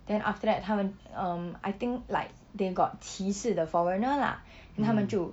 then after that 他们 um I think like they got 歧视 foreigner lah then 他们就